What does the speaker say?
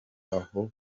aho